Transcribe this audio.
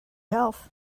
health